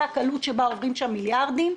לגבי הקלוּת שבה עוברים שם מיליארדי שקלים,